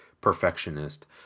perfectionist